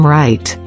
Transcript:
right